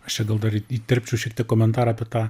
aš čia gal dar įterpčiau šiek tiek komentarą apie tą